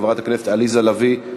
חברת הכנסת עליזה לביא.